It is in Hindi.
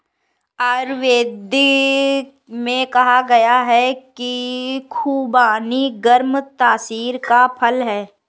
आयुर्वेद में कहा गया है कि खुबानी गर्म तासीर का फल है